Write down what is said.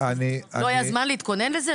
לא היה זמן להתכונן לזה?